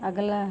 अगला